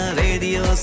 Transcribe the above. radio